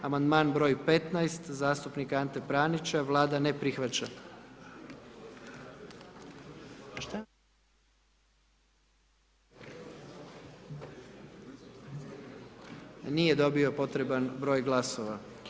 Amandman broj 15., zastupnika Ante Pranića, Vlada ne prihvaća, nije dobio potreban broj glasova.